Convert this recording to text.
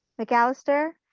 mcallister,